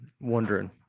wondering